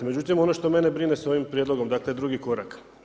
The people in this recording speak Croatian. Međutim ono što mene brine sa ovim prijedlogom, dakle drugi korak.